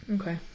Okay